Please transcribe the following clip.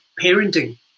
parenting